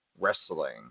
Wrestling